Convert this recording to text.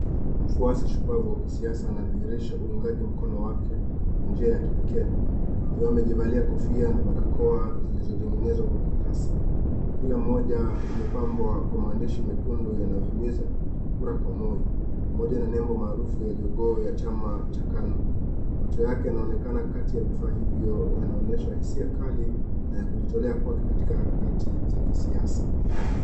Mfuasi shukavu wa kisiasa anadhihirisha uungaji mkono wake kwa njia ya kipekee. Akiwa amevalia kofia na barakoa zilizotengenezwa kwa karatasi. Kila mmoja imepambwa kwa maandishi mekundu yanayohimiza kura kwa Moi pamoja na nembo maarufu ya jogoo ya chama cha Kanu. Macho yake yanaonekana kati ya vifaa hivyo yanaonyesha hisia kali na ya kujitolea kwake katika harakati za kisiasa.